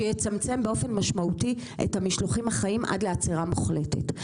שיצמצם באופן משמעותי את המשלוחים החיים עד לעצירה מוחלטת.